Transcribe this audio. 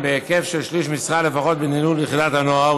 בהיקף של שליש משרה לפחות בניהול יחידת הנוער,